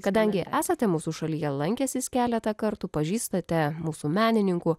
kadangi esate mūsų šalyje lankęsis keletą kartų pažįstate mūsų menininkų